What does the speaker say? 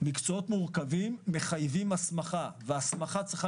מקצועות מורכבים מחייבים הסמכה והסמכה צריכה